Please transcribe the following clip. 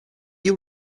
you